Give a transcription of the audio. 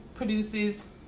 Produces